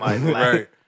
Right